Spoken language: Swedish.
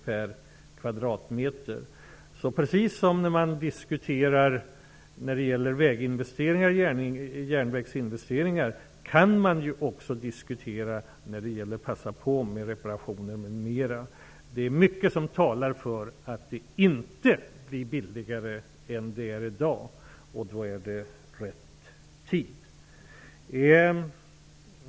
Precis som när man diskuterar väg och järnvägsinvesteringar kan man därför när det gäller reparationer m.m. säga att det nu är lämpligt att passa på att göra sådana. Mycket talar för att det inte blir billigare än det är i dag, och då är det rätt tid att agera.